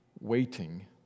waiting